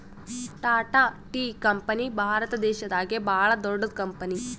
Tata tea company Bharat ದೇಶದಾಗೆ ಭಾಳ್ ದೊಡ್ಡದ್ ಕಂಪನಿ